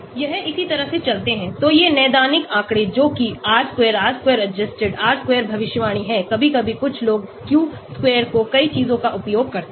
यह इसी तरह से चलता है तो ये नैदानिक आँकड़े जोकि R square R square adjusted R squareभविष्यवाणी है कभी कभी कुछ लोग Q square को कई चीजों का उपयोग करते हैं